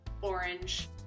orange